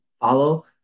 follow